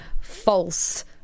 false